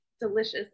delicious